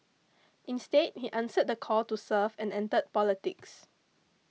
instead he answered the call to serve and entered politics